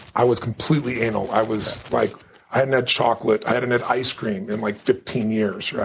i was completely anal. i was like i hadn't had chocolate, i hadn't had ice cream in like fifteen years. yeah